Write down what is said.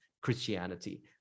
christianity